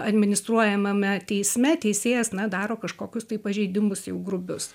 administruojamame teisme teisėjas na daro kažkokius tai pažeidimus jau grubius